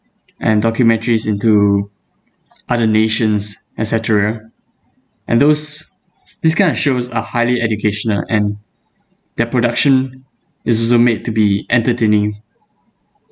and documentaries into other nations et cetera and those these kind of shows are highly educational and their production is also made to be entertaining